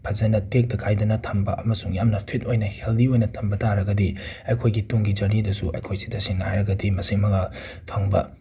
ꯐꯖꯅ ꯇꯦꯛꯇ ꯀꯥꯏꯗꯅ ꯊꯝꯕ ꯑꯃꯁꯨꯡ ꯌꯥꯝꯅ ꯐꯤꯠ ꯑꯣꯏꯅ ꯍꯦꯜꯗꯤ ꯑꯣꯏꯅ ꯊꯝꯕ ꯇꯥꯔꯒꯗꯤ ꯑꯩꯈꯣꯏꯒꯤ ꯇꯨꯡꯒꯤ ꯖꯔꯅꯤꯗꯁꯨ ꯑꯩꯈꯣꯏꯁꯦ ꯇꯁꯦꯡꯅ ꯍꯥꯏꯔꯒꯗꯤ ꯃꯁꯦꯛ ꯃꯒꯥꯜ ꯐꯪꯕ